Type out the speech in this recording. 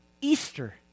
Easter